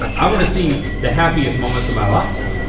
i wanna see the happiest moments of my life.